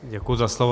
Děkuji za slovo.